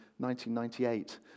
1998